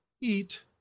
eat